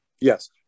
Yes